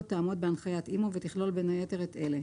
תעמוד בהנחיית אימ"ו ותכלול בין היתר את אלה: